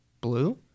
Blue